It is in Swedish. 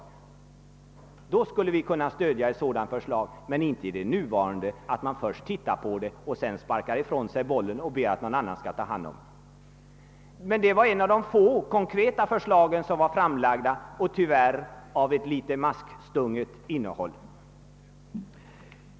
Ett sådant förslag skulle vi kunna stödja, men inte det av folkpartiet framlagda som innebär att man först ser på villkoren och sedan sparkar i väg bollen och ber någon annan ta hand om det hela. Men detta var ett av de få konkreta förslag som lagts fram, och tyvärr var innehållet litet maskstunget. Herr talman!